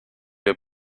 der